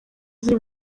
ziri